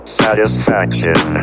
satisfaction